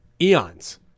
eons